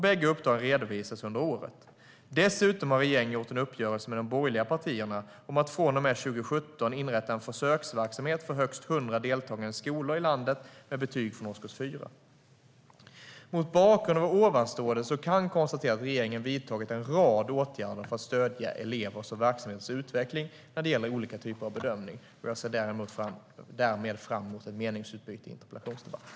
Bägge uppdragen redovisas under året. Dessutom har regeringen gjort en uppgörelse med de borgerliga partierna om att från och med 2017 inrätta en försöksverksamhet för högst 100 deltagande skolor i hela landet med betyg från årskurs 4. Mot bakgrund av detta kan det konstateras att regeringen har vidtagit en rad åtgärder för att stödja elevers och verksamheters utveckling när det gäller olika typer av bedömning. Jag ser därmed fram emot meningsutbytet i interpellationsdebatten.